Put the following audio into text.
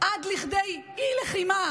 עד לכדי אי-לחימה.